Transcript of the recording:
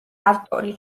ავტორი